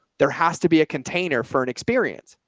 there has to be a container for an experience.